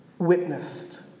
Witnessed